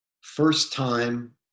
first-time